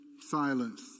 silence